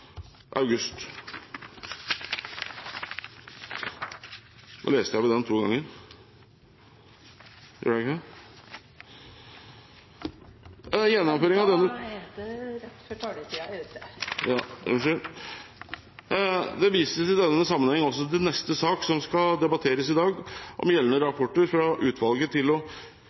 august.» Nå leste jeg det opp to ganger. Det er rett før taletiden er ute. Unnskyld. Det vises i denne sammenheng også til neste sak som skal debatteres i dag, om gjeldende rapport fra utvalget til